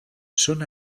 són